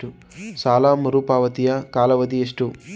ಸಾಲ ಮರುಪಾವತಿಯ ಕಾಲಾವಧಿ ಎಷ್ಟು?